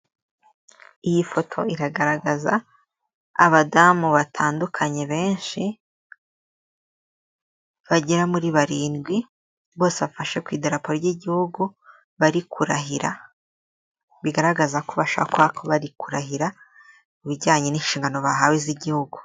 Iyi foto iragaragaza abadamu batandukanye benshi bagera muri barindwi bose bafashe ku ipo ry'igihugu bari kurahira, bigaragaza ko bashakwa ko bari kurahira mu bijyanye n'inshingano bahawe z'igihugu.